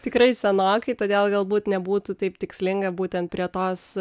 tikrai senokai todėl galbūt nebūtų taip tikslinga būtent prie tos